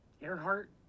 Earhart